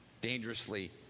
Dangerously